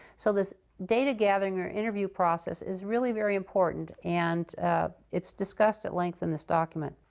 so this data gathering or interview process is really very important, and it's discussed at length in this document.